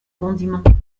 condiment